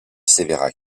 sévérac